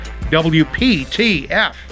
WPTF